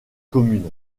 communes